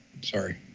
sorry